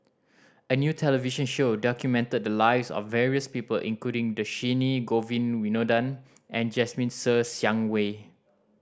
a new television show documented the lives of various people including Dhershini Govin Winodan and Jasmine Ser Xiang Wei